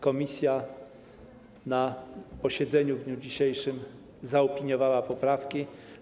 Komisja na posiedzeniu w dniu dzisiejszym zaopiniowała poprawki.